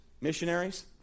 missionaries